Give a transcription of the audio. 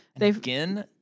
Again